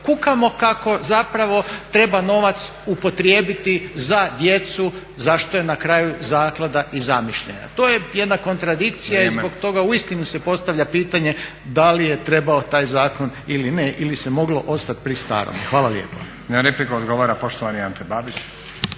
kukamo kako zapravo treba novac upotrijebiti za djecu, za što je na kraju zaklada i zamišljena. To je jedna kontradikcija i zbog toga uistinu se postavlja pitanje da li je trebao taj zakon ili ne, ili se moglo ostat pri starome. Hvala lijepo.